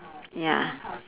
ya